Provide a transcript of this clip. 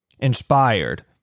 inspired